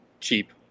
cheap